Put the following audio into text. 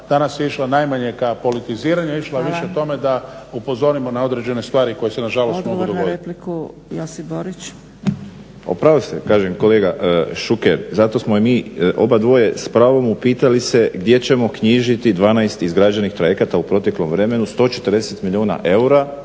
danas je išla k politiziranu a išla je više tome da upozorimo na određene stvari koje se nažalost mogu dogoditi.